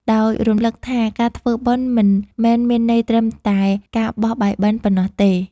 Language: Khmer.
ដោយរំឮកថាការធ្វើបុណ្យមិនមែនមានន័យត្រឹមតែការបោះបាយបិណ្ឌប៉ុណ្ណោះទេ។